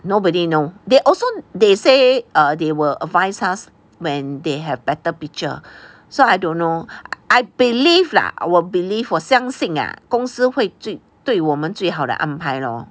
nobody know they also they say err they will advise us when they have better picture so I don't know I believe lah I will believe 我相信公司会对我们最好的安排 lor